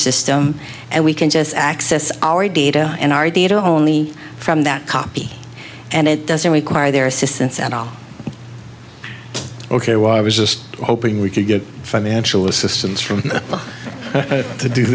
system and we can just access our data and our data only from that copy and it doesn't require their assistance at all ok well i was just hoping we could get financial assistance from to do